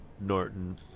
Norton